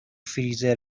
فریزر